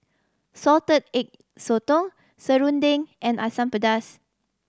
Salted Egg Sotong serunding and Asam Pedas